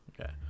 okay